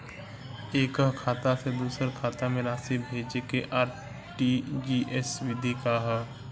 एकह खाता से दूसर खाता में राशि भेजेके आर.टी.जी.एस विधि का ह?